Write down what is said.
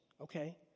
Okay